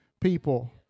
people